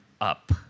up